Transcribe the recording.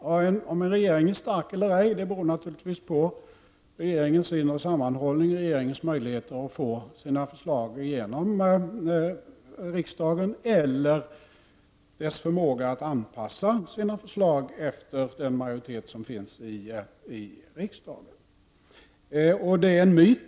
Om en regering är stark eller inte beror naturligtvis på dess inre sammanhållning och möjligheter att få igenom sina förslag i riksdagen eller dess förmåga att anpassa sina förslag efter riksdagsmajoritetens uppfattningar.